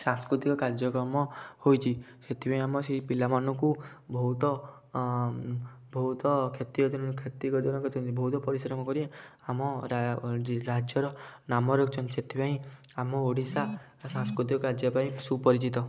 ସାଂସ୍କୃତିକ କାର୍ଯ୍ୟକର୍ମ ହୋଇଛି ସେଥିପାଇଁ ଆମ ସେଇ ପିଲାମାନଙ୍କୁ ବହୁତ ବହୁତ ଖ୍ୟାତି ଅର୍ଜନ ଖ୍ୟାତି ଅର୍ଜନ କରିଛନ୍ତି ବହୁତ ପରିଶ୍ରମ କରି ଆମ ରାଜ୍ୟର ନାମ ରଖିଛନ୍ତି ସେଥିପାଇଁ ଆମ ଓଡ଼ିଶା ସାଂସ୍କୃତିକ କାର୍ଯ୍ୟ ପାଇଁ ସୁପରିଚିତ